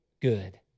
good